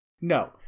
no